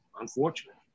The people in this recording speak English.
unfortunate